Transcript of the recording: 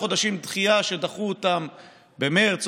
נגד איילת שקד, בעד עאידה תומא סלימאן,